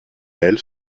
elle